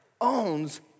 owns